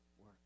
work